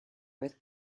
vez